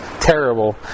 terrible